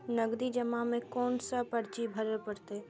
नगदी जमा में कोन सा पर्ची भरे परतें?